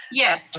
yes.